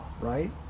right